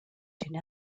deny